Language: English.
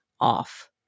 off